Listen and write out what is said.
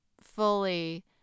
fully